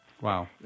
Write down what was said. Wow